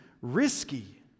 risky